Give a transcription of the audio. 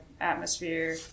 atmosphere